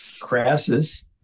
Crassus